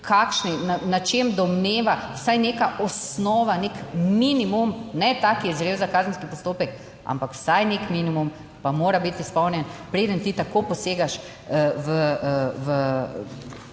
kakšni, na čem domneva, vsaj neka osnova, nek minimum, ne tak, ki je zrel za kazenski postopek, ampak vsaj nek minimum pa mora biti izpolnjen, preden ti tako posegaš v